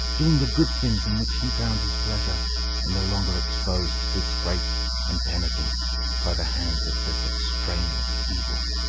doing the good things in which he found his pleasure and no longer exposed to disgrace and penitence by the hands of this extraneous evil.